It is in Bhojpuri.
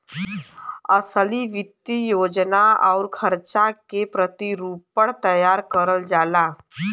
असली वित्तीय योजना आउर खर्चा के प्रतिरूपण तैयार करल जाला